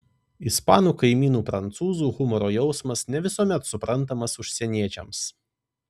ispanų kaimynų prancūzų humoro jausmas ne visuomet suprantamas užsieniečiams